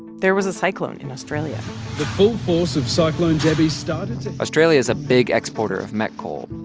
there was a cyclone in australia the full force of cyclone debbie started to. australia is a big exporter of met coal.